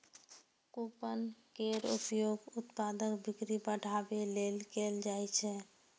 coupon केर उपयोग उत्पादक बिक्री बढ़ाबै लेल कैल जाइ छै